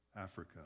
Africa